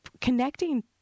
connecting